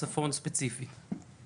אני משתתפת בצער של כל